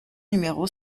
numéro